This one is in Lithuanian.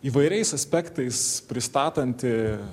įvairiais aspektais pristatanti